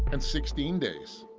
and sixteen days.